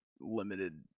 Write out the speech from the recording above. limited